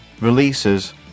releases